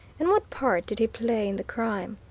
and what part did he play in the crime?